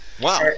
Wow